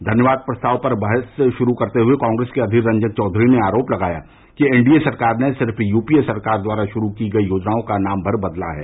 धन्यवाद प्रस्ताव पर बहस शुरू करते हए कांग्रेस के अधीर रंजन चौधरी ने आरोप लगाया कि एनडीए सरकार ने सिर्फ यूपीए सरकार द्वारा शुरू की गई योजनाओं का नाम भर बदला है